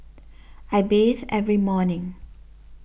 I bathe every morning